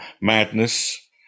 madness